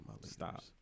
Stop